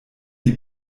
die